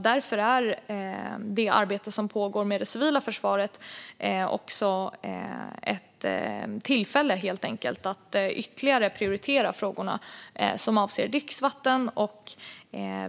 Därför är arbetet som pågår med det civila försvaret också ett tillfälle att ytterligare prioritera frågorna som gäller dricksvatten.